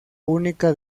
única